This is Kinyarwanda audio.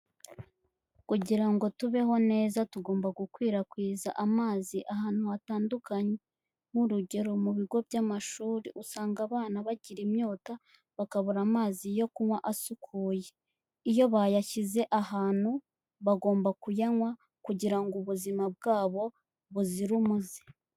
Kugira ngo tubeho neza, tugomba gukwirakwiza amazi, ahantu hatandukanye. Nk'urugero mu bigo by'amashuri usanga abana bagira inyota, bakabura amazi yo kunywa asukuye. Iyo bayashyize ahantu, bagomba kuyanywa, kugira ngo ubuzima bwabo buzire umuze.